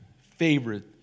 favorite